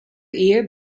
ehe